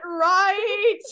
right